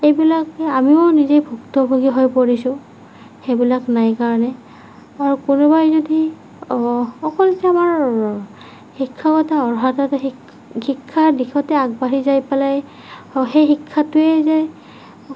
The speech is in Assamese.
এইবিলাক আমিও নিজে ভুক্তভোগী হৈ পৰিছোঁ সেইবিলাক নাই কাৰণে আৰু কোনোবাই যদি অকলতো আমাৰ শিক্ষাগত অৰ্হতাতে শিক্ষাৰ দিশতে আগবাঢ়ি যাই পেলাই সেই শিক্ষাটোৱেই যে